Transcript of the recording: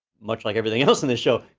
much like everything else in this show,